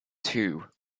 two